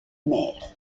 mer